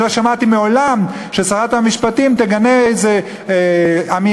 אני לא שמעתי מעולם את שרת המשפטים מגנה איזו אמירה